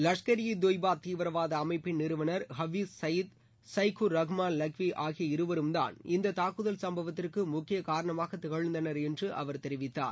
லஷ்கர் ஈ தொய்பா தீவிரவாத அமைப்பின் நிறுவனர் ஹஃபீஸ் சயீது சைகூர் ரஹ்மான் லக்வி ஆகிய இருவரும்தான் இந்த தாக்குதல் சம்பவத்திற்கு முக்கிய காரணமாக திகழ்ந்தனர் என்று அவர் தெரிவித்தார்